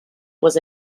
was